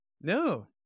No